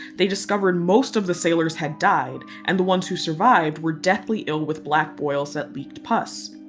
they discovered most of the sailors had died and the ones who survived were deathly ill with black boils that leaked pus.